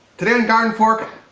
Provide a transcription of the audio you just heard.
today on garden fork,